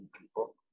people